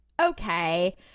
okay –